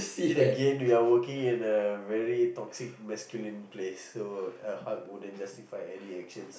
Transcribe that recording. again we are working in a very toxic masculine place so our heart wouldn't justify any actions